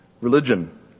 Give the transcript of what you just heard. religion